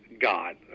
God